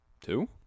Two